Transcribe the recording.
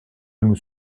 nous